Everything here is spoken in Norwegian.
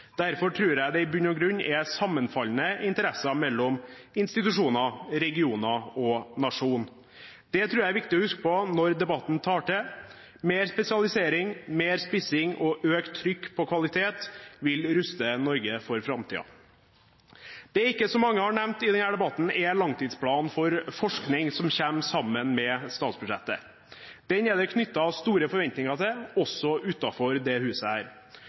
Derfor tror jeg det i bunn og grunn er sammenfallende interesser mellom institusjoner, regioner og nasjon. Det tror jeg er viktig å huske på når debatten tar til, mer spesialisering, mer spissing og økt trykk på kvalitet vil ruste Norge for framtida. Det som ikke så mange har nevnt i denne debatten, er langtidsplanen for forskning som kommer sammen med statsbudsjettet. Den er det knyttet store forventninger til, også